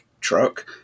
truck